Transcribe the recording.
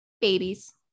Babies